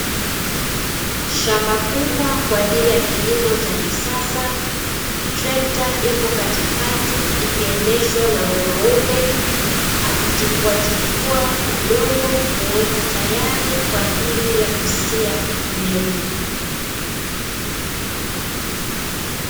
Shamba kubwa kwa ajili ya kilimo cha kisasa, Trekta ipo katikati ikiendeshwa na mwanaume, akitifuatifua udongo kuweka tayari kwa ajili ya kusia mbegu.